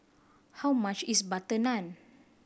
how much is butter naan